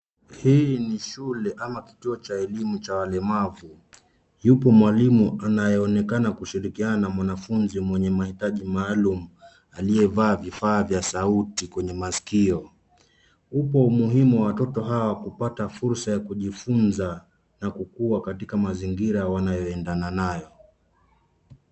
Hii ni shule ama kituo cha elimu cha walemavu. Yupo mwalimu anayeonekana kushirikiana na mwanafunzi mwenye mahitaji maalum aliyevaa vifaa vya sauti kwenye masikio. Upo umuhimu wa watoto hawa kupata fursa ya kujifunza na kukua katika mazingira wanayoendana nayo.